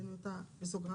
הבאנו אותה בסוגריים